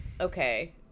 Okay